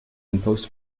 imposed